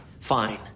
Fine